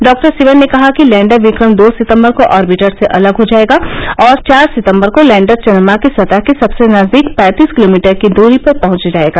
doctor Sivan ने कहा कि लैंडर विक्रम दो सितम्बर को ऑरबिटर से अलग हो जायेगा और चार सितम्बर को लैंडर चन्द्रमा की सतह के सबसे नजदीक पैंतीस किलोमीटर की दूरी पर पहुंच जायेगा